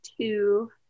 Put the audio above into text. two